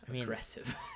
Aggressive